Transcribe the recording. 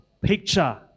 picture